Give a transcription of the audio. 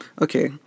Okay